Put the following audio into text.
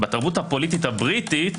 בתרבות הפוליטית הבריטית